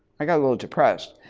i got a little depressed.